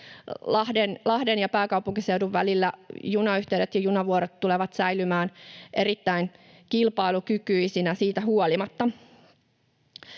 Lahden ja pääkaupunkiseudun välillä, junayhteydet ja junavuorot, tulevat säilymään erittäin kilpailukykyisinä. Onkin erittäin